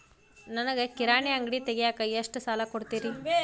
ನನಗ ಕಿರಾಣಿ ಅಂಗಡಿ ತಗಿಯಾಕ್ ಎಷ್ಟ ಸಾಲ ಕೊಡ್ತೇರಿ?